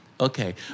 Okay